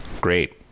Great